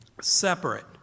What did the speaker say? separate